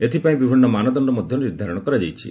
ଏଥିପାଇଁ ବିଭିନ୍ନ ମାନଦଣ୍ଡ ମଧ୍ୟ ନିର୍ଦ୍ଧାରଣ କରାଯାଇଛି